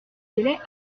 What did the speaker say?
délai